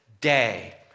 day